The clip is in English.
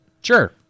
Sure